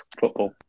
football